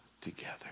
together